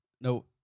No